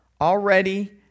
already